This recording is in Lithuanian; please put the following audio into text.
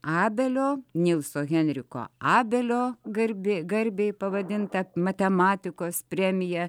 abelio nilso henriko abelio garbė garbei pavadinta matematikos premija